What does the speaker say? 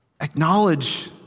Acknowledge